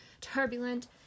turbulent